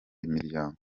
imiryango